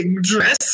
dress